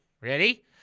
Ready